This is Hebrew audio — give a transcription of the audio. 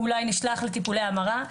הוא אולי נשלח לטיפולי המרה,